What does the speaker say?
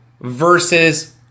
versus